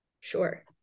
Sure